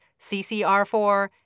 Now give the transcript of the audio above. CCR4